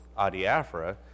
adiaphora